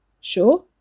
Sure